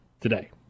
today